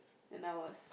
and I was